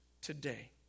today